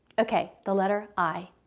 okay the letter i.